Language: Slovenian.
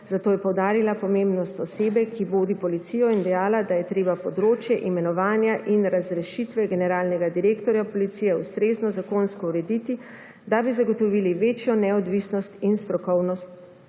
zato je poudarila pomembnost osebe, ki vodi policijo, in dejala, da je treba področje imenovanja in razrešitve generalnega direktorja policije ustrezno zakonsko urediti, da bi zagotovili večjo neodvisnost in strokovnost